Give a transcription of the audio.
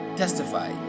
testify